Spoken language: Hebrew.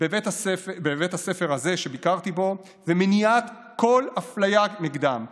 בבית הספר הזה שביקרתי בו ולמניעת כל אפליה נגדם,